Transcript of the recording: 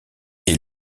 est